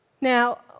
Now